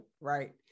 Right